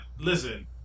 listen